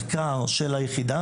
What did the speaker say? מחקר, של היחידה.